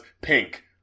Pink